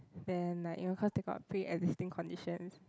then like you know cause they got pre existing condition